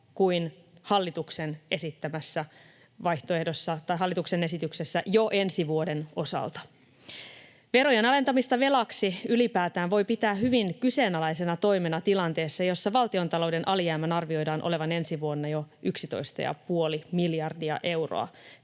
kuin hallituksen esityksessä jo ensi vuoden osalta. Verojen alentamista velaksi ylipäätään voi pitää hyvin kyseenalaisena toimena tilanteessa, jossa valtiontalouden alijäämän arvioidaan olevan ensi vuonna jo 11,5 miljardia euroa.